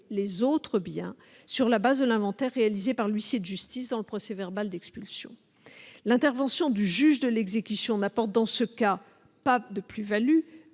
les autres biens sur la base de l'inventaire réalisé par l'huissier de justice dans le procès-verbal d'expulsion. L'intervention du juge de l'exécution n'apporte, dans ce cas, pas de plus-value,